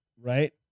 Right